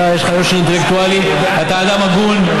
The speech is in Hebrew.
יש לך יושר אינטלקטואלי, אתה אדם הגון.